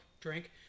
Drink